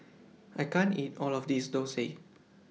I can't eat All of This Thosai